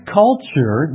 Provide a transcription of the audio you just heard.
culture